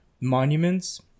monuments